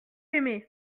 aimé